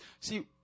See